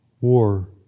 War